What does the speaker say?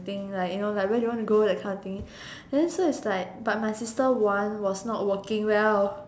think like you know where do you want to go that kind of thing then so is like but my sister one was not working well